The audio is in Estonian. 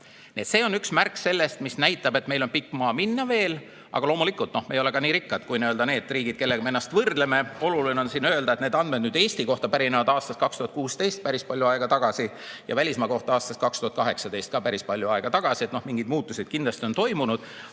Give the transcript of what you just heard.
See on üks märk sellest, see näitab, et meil on veel pikk maa minna. Aga loomulikult, me ei ole ka nii rikkad kui need riigid, kellega me ennast võrdleme. Oluline on öelda, et need andmed Eesti kohta pärinevad aastast 2016, päris palju aega tagasi, ja välismaa kohta aastast 2018, ka päris palju aega tagasi. Nii et mingeid muutusi kindlasti on toimunud.